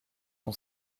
ton